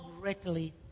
greatly